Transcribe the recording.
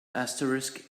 asterisk